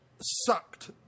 sucked